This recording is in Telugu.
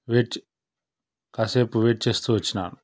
వెట్ చే కాసేపు వెయిట్ చేస్తూ వచ్చినాను